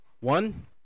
One